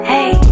Hey